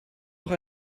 auch